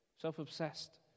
self-obsessed